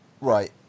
right